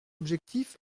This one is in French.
objectif